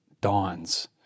dawns